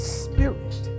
spirit